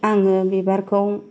आङो बिबारखौ